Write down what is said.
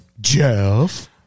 jeff